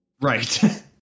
Right